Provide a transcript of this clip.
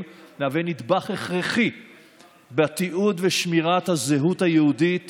מהווים נדבך הכרחי בתיעוד ושמירת הזהות היהודית